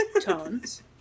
tones